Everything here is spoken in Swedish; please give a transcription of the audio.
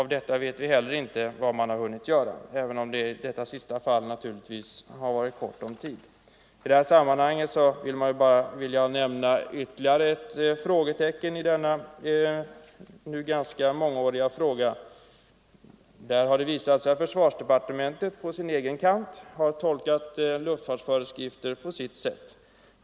Vad man hunnit göra av detta vet vi inte heller, även om man i detta sista fall inte haft så lång tid på sig. I detta sammanhang vill jag nämna ytterligare ett frågetecken i detta mångåriga ärende. Det har visat sig att försvarsdepartementet har tolkat luftfartsverkets föreskrifter på sitt sätt.